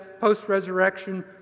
post-resurrection